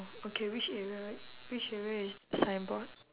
oh okay which area which area is the signboard